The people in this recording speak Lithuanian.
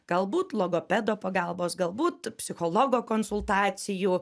galbūt logopedo pagalbos galbūt psichologo konsultacijų